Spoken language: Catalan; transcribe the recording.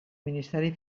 ministeri